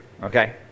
Okay